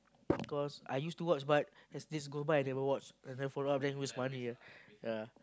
cause I used to watch but there's this gold bar I never watch and then follow up then waste money ah yeah